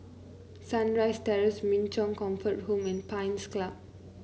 Sunrise Terrace Min Chong Comfort Home and Pines Club